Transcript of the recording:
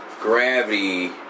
gravity